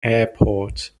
airport